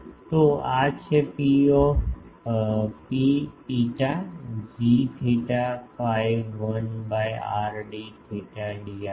તો આ છે Pρ φ g theta phi 1 by r d theta d rho